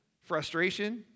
frustration